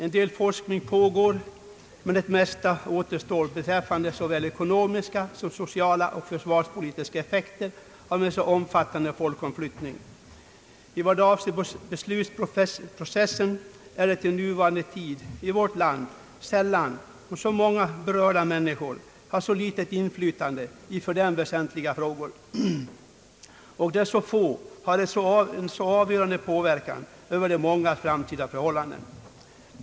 Viss forskning pågår, men det mesta återstår beträffande såväl ekonomiska som sociala och försvarspolitiska effekter av en mycket omfattande folkomflyttning. I vad avser beslutsprocessen är det i nuvarande tid i vårt land sällan så många berörda människor har så litet inflytande i för dem väsentliga frågor och så få har en så avgörande inverkan på de mångas framtidsförhållanden som just härvidlag.